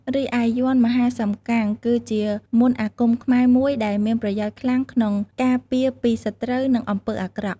រីឯយ័ន្តមហាសំកាំង គឺជាមន្តអាគមខ្មែរមួយដែលមានប្រយោជន៍ខ្លាំងក្នុងការពារពីសត្រូវ និងអំពើអាក្រក់។